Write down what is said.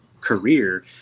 career